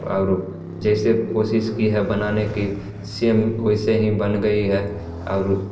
और जैसे कोशिश की है बनाने की सेम वैसे ही बन गई है और